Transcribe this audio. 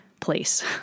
place